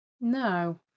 no